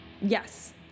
yes